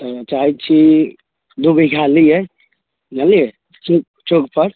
हम चाहै छी दुइ बीघा लिअए बुझलिए चौकपर